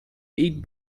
eat